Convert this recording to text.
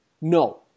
No